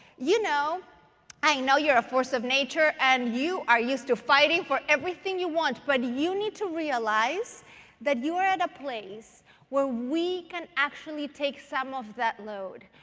you know i know you're a force of nature, and you are used to fighting for everything you want. but you need to realize that you are at a place where we can actually take some of that load.